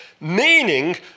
meaning